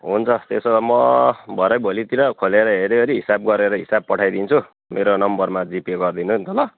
हुन्छ त्यसो भए म भरै भोलितिर खोलेर हेरिवरी हिसाब गरेर हिसाब पठाइदिन्छु मेरो नम्बरमा जिपे गरिदिनु नि त ल